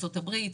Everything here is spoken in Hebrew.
ארצות הברית,